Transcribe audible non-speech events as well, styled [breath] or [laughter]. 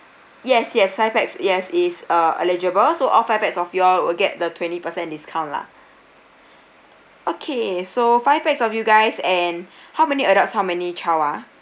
yes yes five pax yes it's uh eligible so all five pax of your will get the twenty percent discount lah okay so five pax of you guys and [breath] how many adults how many child ah